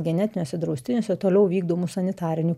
genetiniuose draustiniuose toliau vykdomų sanitarinių